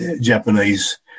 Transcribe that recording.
Japanese